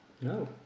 No